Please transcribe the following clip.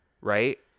right